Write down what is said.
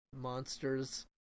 Monsters